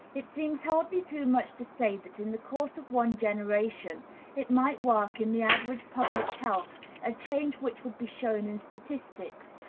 it seems hardly too much to say that in the course of one generation it might work in the average public health a change which would be shown in statistics,